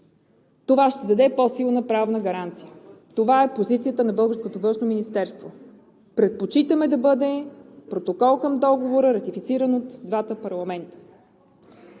Това ще даде по-силна правна гаранция. Това е позицията на българското Външно министерство. Предпочитаме да бъде протокол към Договора, ратифициран от двата парламента.